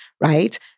right